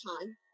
time